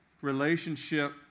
relationship